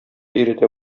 өйрәтә